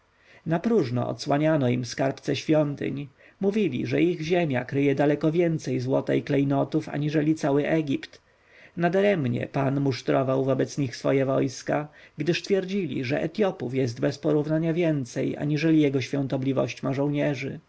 napróżno odsłaniano im skarbce świątyń mówili że ich ziemia kryje daleko więcej złota i klejnotów aniżeli cały egipt nadaremnie pan musztrował wobec nich swoje wojska gdyż twierdzili że etjopów jest bezporównania więcej aniżeli jego świątobliwość ma żołnierzy